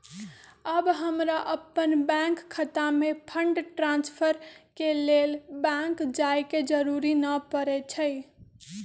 अब हमरा अप्पन बैंक खता में फंड ट्रांसफर के लेल बैंक जाय के जरूरी नऽ परै छइ